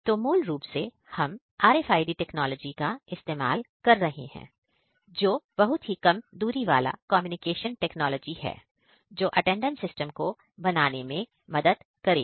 तो मूल रूप से हम RFDI टेक्नोलॉजी का इस्तेमाल कर रहे हैं जो बहुत ही कम दूरी वाला कम्युनिकेशन टेक्नोलॉजी है जो अटेंडेंस सिस्टम को बनाने में मदद करेगा